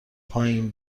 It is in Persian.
پایین